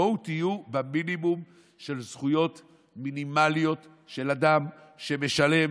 בואו תהיו במינימום של זכויות מינימליות של אדם שמשלם